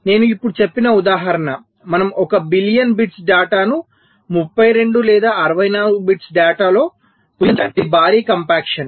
నేను ఇప్పుడు చెప్పిన ఉదాహరణ మనం 1 బిలియన్ బిట్స్ డేటాను 32 లేదా 64 బిట్స్ డేటాలో కుదించగలమని చెప్పాను ఇది భారీ కంప్యాక్షన్